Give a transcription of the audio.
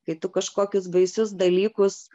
kai tu kažkokius baisius dalykus